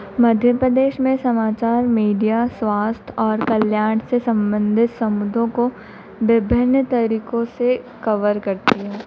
मध्य प्रदेश में समाचार मीडिया स्वास्थ्य और कल्याण से सम्बन्धित मुद्दों को विभिन्न तरीकों से कवर करती है